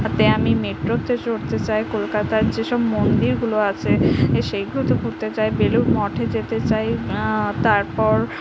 তে আমি মেট্রোতে চড়তে চাই কলকাতার যেসব মন্দিরগুলো আছে এ সেইগুলোতে ঘুরতে চাই বেলুড় মঠে যেতে চাই তারপর